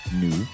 new